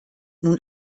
nun